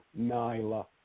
Nyla